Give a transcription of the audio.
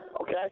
Okay